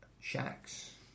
shacks